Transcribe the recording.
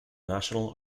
national